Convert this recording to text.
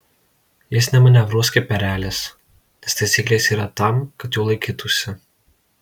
jis nemanevruos kaip erelis nes taisyklės yra tam kad jų laikytųsi